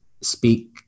speak